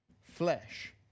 flesh